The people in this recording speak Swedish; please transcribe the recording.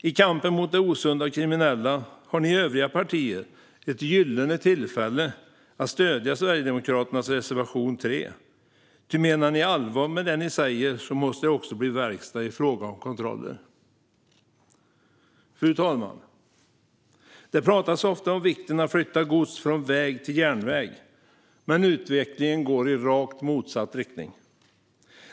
I kampen mot det osunda och kriminella har ni övriga partier ett gyllene tillfälle att stödja Sverigedemokraternas reservation 3, ty menar ni allvar med det ni säger måste det också bli verkstad i frågan om kontroller. Fru talman! Det talas ofta om vikten av att flytta gods från väg till järnväg, men utvecklingen går i rakt motsatt riktning.